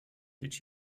did